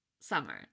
summer